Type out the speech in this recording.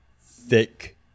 thick